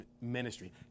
ministry